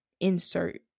insert